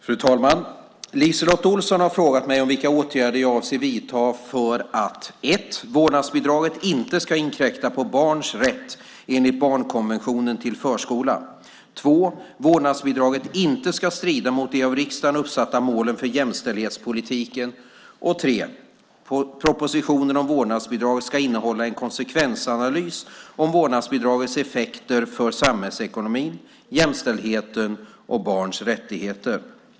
Fru talman! LiseLotte Olsson har frågat mig vilka åtgärder jag avser att vidta för att 1. vårdnadsbidraget inte ska inkräkta på barns rätt enligt barnkonventionen till förskola, 2. vårdnadsbidraget inte ska strida mot de av riksdagen uppsatta målen för jämställdhetspolitiken, 3. propositionen om vårdnadsbidrag ska innehålla en konsekvensanalys om vårdnadsbidragets effekter för samhällsekonomin, jämställdheten och barns rättigheter.